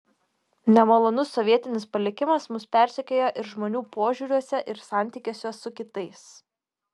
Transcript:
nemalonus sovietinis palikimas mus persekioja ir žmonių požiūriuose ir santykiuose su kitais